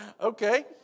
Okay